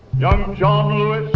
young john lewis,